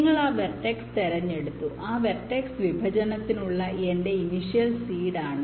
നിങ്ങൾ ആ വെർടെക്സ് തിരഞ്ഞെടുത്തു ആ വെർടെക്സ് വിഭജനത്തിനുള്ള എന്റെ ഇനിഷ്യൽ സീഡ് ആണ്